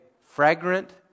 fragrant